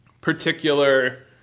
particular